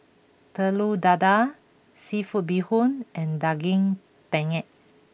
Telur Dadah Seafood Bee Hoon and Daging Penyet